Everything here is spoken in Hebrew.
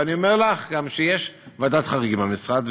ואני אומר לך גם שיש ועדת חריגים במשרד,